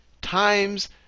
times